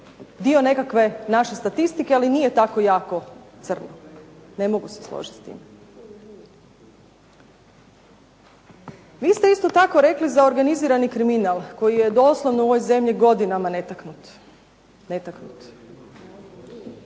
dio nekakve naše statistike, ali nije tako jako crno. Ne mogu se složiti s time. Vi ste isto tako rekli za organizirani kriminal koji je doslovno u ovoj zemlji godinama netaknut.